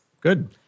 good